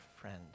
friend